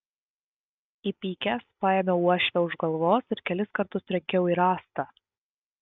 įpykęs paėmiau uošvę už galvos ir kelis kartus trenkiau į rąstą